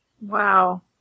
Wow